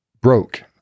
broke